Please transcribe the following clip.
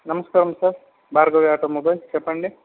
నమస్కారం sir Bhargavi automobile చెప్పండి